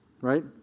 right